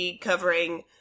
covering